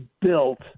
built